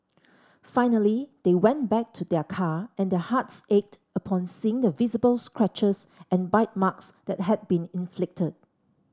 finally they went back to their car and their hearts ached upon seeing the visible scratches and bite marks that had been inflicted